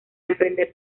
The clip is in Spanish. emprender